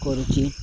କରୁଛି